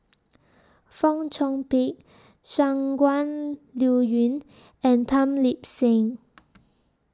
Fong Chong Pik Shangguan Liuyun and Tan Lip Seng